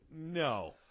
No